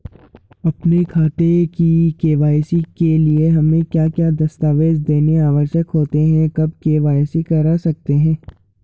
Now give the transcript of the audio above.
अपने खाते की के.वाई.सी के लिए हमें क्या क्या दस्तावेज़ देने आवश्यक होते हैं कब के.वाई.सी करा सकते हैं?